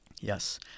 yes